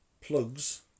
Plugs